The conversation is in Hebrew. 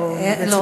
או בעצם,